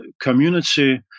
community